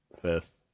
first